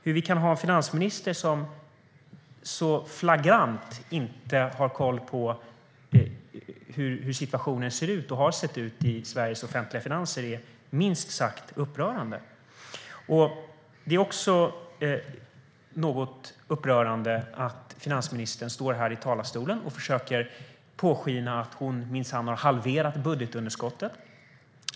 Hur vi kan ha en finansminister som så flagrant inte har koll på hur situationen ser ut och har sett ut i Sveriges offentliga finanser är minst sagt upprörande. Det är också upprörande att finansministern står här i talarstolen och försöker påskina att hon minsann har halverat budgetunderskottet.